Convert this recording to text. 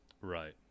Right